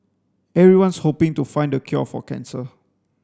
everyone's hoping to find the cure for cancer